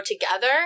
together